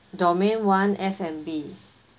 domain one F&B